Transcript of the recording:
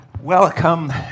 Welcome